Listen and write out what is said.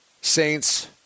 Saints